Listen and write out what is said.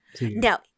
Now